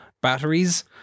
Batteries